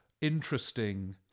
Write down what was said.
interesting